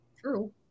True